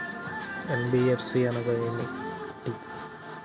NBFC అనగా ఏమిటీ?